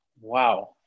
wow